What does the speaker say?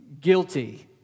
guilty